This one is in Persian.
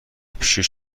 پیشش